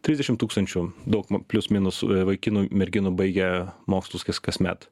trisdešimt tūkstančių daug ma plius minus vaikinų merginų baigia mokslus kas kasmet